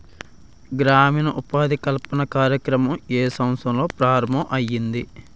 గ్రామీణ ఉపాధి కల్పన కార్యక్రమం ఏ సంవత్సరంలో ప్రారంభం ఐయ్యింది?